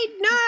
No